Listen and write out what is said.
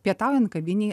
pietaujant kavinėj